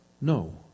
No